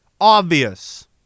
obvious